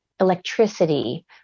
electricity